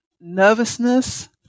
nervousness